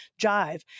jive